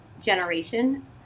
generation